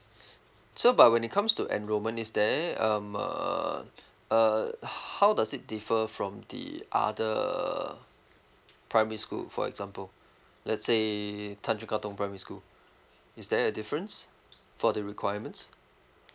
so but when it comes to enrollment is there um uh uh how does it differ from the other primary school for example let's say tanjung katong primary school is there a difference for the requirements